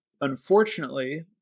unfortunately